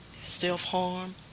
self-harm